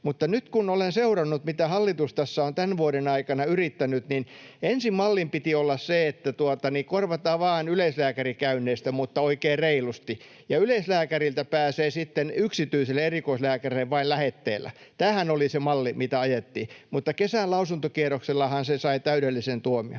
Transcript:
Mutta nyt kun olen seurannut, mitä hallitus tässä on tämän vuoden aikana yrittänyt, niin ensin mallin piti olla se, että korvataan vain yleislääkärikäynneistä, mutta oikein reilusti, ja yleislääkäriltä pääsee sitten yksityiselle erikoislääkärille vain lähetteellä. Tämähän oli se malli, mitä ajettiin, mutta kesän lausuntokierroksellahan se sai täydellisen tuomion.